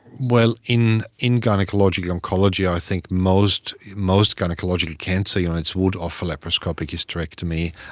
well, in in gynaecological oncology i think most most gynaecological cancer units would offer laparoscopic hysterectomy,